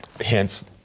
Hence